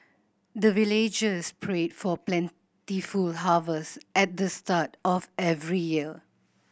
the villagers pray for plentiful harvest at the start of every year